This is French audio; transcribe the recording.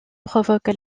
provoque